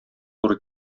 туры